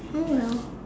oh well